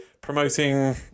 promoting